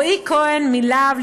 רועי כהן מלה"ב,